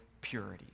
purity